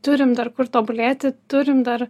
turim dar kur tobulėti turim dar